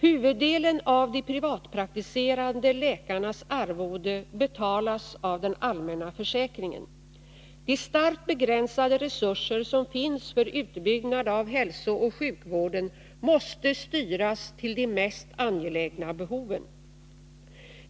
Huvuddelen av de privatpraktiserande läkarnas arvode betalas av den allmänna försäkringen. De starkt begränsade resurser som finns för utbyggnad av hälsooch sjukvården måste styras till de mest angelägna behoven.